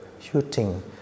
shooting